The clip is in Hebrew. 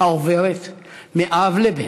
העוברת מאב לבן,